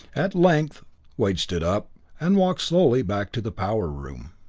at length wade stood up, and walked slowly back to the power room.